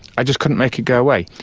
i just couldn't make it go away.